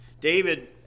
David